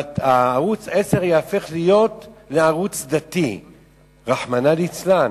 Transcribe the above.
וערוץ-10 ייהפך להיות ערוץ דתי רחמנא ליצלן,